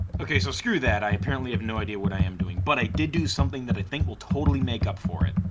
okay, so screw that. i apparently have no idea what i am doing. but i did do something that i think will totally make up for it.